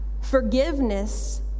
Forgiveness